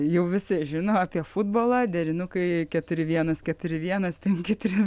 jau visi žino apie futbolą derinukai keturi vienas keturi vienas penki trys